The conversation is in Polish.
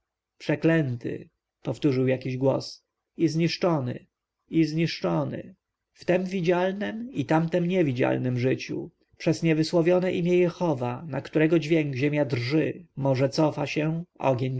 przeklęty powtórzył jakiś głos i zniszczony i zniszczony w tem widzialnem i tamtem niewidzialnem życiu przez niewysłowione imię jehowa na którego dźwięk ziemia drży morze cofa się ogień